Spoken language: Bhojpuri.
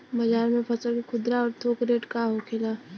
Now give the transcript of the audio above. बाजार में फसल के खुदरा और थोक रेट का होखेला?